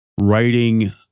writing